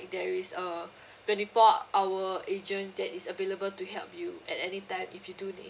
there is a twenty four hour agent that is available to help you at any time if you do need